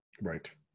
Right